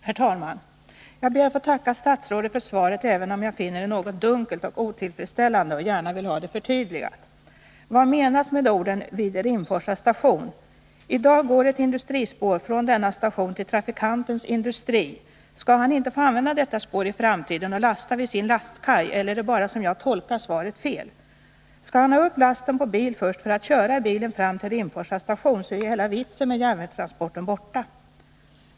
Herr talman! Jag ber att få tacka statsrådet för svaret, även om jag finner det något dunkelt och otillfredställande och gärna vill ha det förtydligat. Vad menas t.ex. med orden ”vid Rimforsa station”? I dag går ett industrispår från denna station till trafikantens industri. Skall han inte få använda detta spår i framtiden och lasta vid sin lastkaj, eller är det bara jag som tolkar svaret fel? Skall han ha upp lasten på bil först för att köra bilen fram till Rimforsa station, så är ju hela vitsen med järnvägstransporten borta.